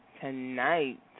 tonight